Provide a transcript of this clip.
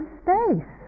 space